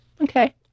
Okay